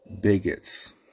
bigots